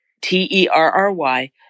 T-E-R-R-Y